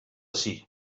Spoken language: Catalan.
ací